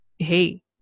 hey